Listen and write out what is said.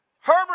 Herbert